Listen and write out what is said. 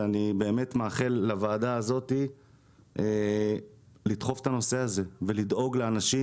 אני באמת מאחל לוועדה הזאת לדחוף את הנושא הזה ולדאוג לאנשים.